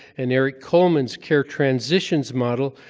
and eric coleman's care transitions model,